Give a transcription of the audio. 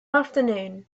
afternoon